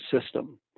system